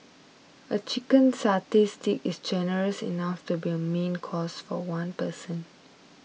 a Chicken Satay Stick is generous enough to be a main course for one person